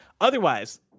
Otherwise